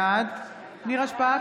בעד נירה שפק,